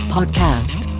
Podcast